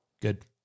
Good